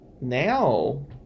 Now